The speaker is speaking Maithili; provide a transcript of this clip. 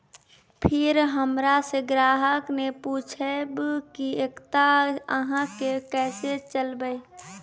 फिर हमारा से ग्राहक ने पुछेब की एकता अहाँ के केसे चलबै?